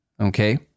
Okay